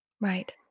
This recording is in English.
Right